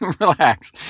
relax